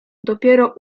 dopiero